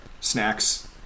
Snacks